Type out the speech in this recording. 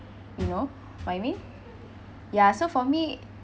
you know what I mean ya so for me